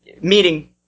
meeting